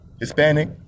Hispanic